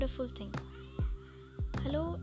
Hello